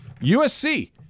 usc